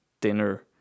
dinner